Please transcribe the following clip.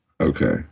Okay